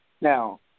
Now